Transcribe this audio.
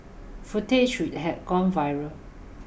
footage which had gone viral